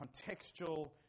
contextual